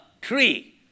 tree